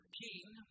king